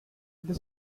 this